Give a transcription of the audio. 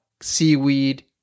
seaweed